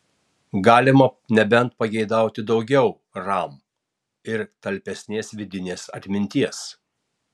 galima nebent pageidauti daugiau ram ir talpesnės vidinės atminties